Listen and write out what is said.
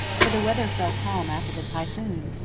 for the weather fell calm after the typhoon,